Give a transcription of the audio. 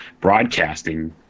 broadcasting